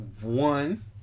one